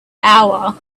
hour